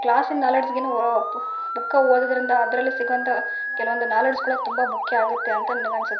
ಕ್ಲಾಸಿನ ನಾಲೆಡ್ಜಿಗಿನ ವಾ ಬುಕ್ಕ ಓದೋದರಿಂದ ಅದರಲ್ಲಿ ಸಿಗುವಂಥ ಕೆಲವೊಂದು ನಾಲೆಡ್ಜ್ ಕೂಡ ತುಂಬ ಮುಖ್ಯ ಆಗುತ್ತೆ ಅಂತ ನನಗನ್ಸತ್ತೆ